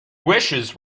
wishes